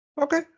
Okay